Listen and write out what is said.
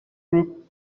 guru